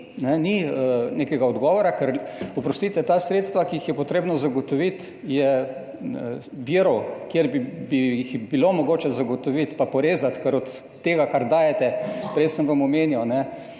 ni nekega odgovora, ker oprostite, ta sredstva, ki jih je treba zagotoviti, virov, kjer bi jih bilo mogoče zagotoviti in porezati, ker od tega, kar dajete, prej sem vam omenjal